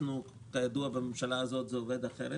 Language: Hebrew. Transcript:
כידוע בממשלה הזאת זה עובד אחרת.